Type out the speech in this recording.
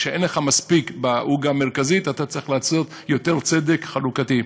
כשאין לך מספיק בעוגה המרכזית אתה צריך לעשות יותר צדק חלוקתי.